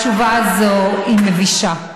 התשובה הזאת היא מבישה,